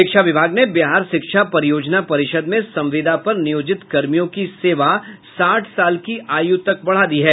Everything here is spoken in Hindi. शिक्षा विभाग ने बिहार शिक्षा परियोजना परिषद में संविदा पर नियोजित कर्मियों की सेवा साठ साल की आयु तक बढ़ा दी है